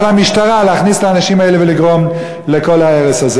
המשטרה להכניס את הנשים האלה ולגרום לכל ההרס הזה.